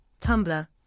Tumblr